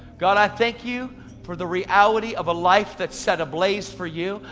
god i thank you for the reality of a life that's set ablaze for you.